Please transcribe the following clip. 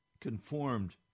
conformed